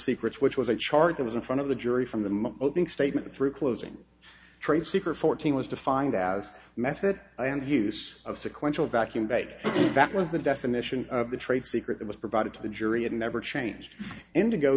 secrets which was a charge that was in front of the jury from the my opening statement through closing trade secret fourteen was defined as a method i am use of sequential vacuum but that was the definition of the trade secret that was provided to the jury and never changed indigo